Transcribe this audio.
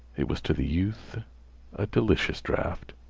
it was to the youth a delicious draught.